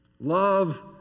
Love